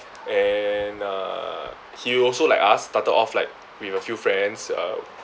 and uh he also like us started off like with a few friends uh